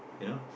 you know